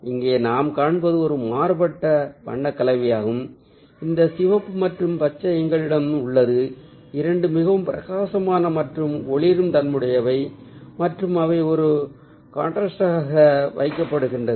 இங்கே நாம் காண்பது ஒரு மாறுபட்ட வண்ண கலவையாகும் இந்த சிவப்பு மற்றும் பச்சை எங்களிடம் உள்ளது இரண்டும் மிகவும் பிரகாசமான மற்றும் ஒளிரும் தன்மையுடையவை மற்றும் அவை ஒரு காண்ட்றாஸ்ட்டாக வைக்கப்படுகின்றன